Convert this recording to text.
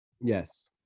yes